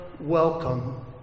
welcome